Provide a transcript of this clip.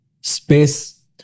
space